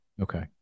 okay